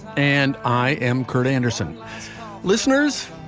and i am kurt andersen listeners.